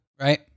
right